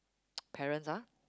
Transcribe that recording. parents ah